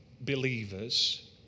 believers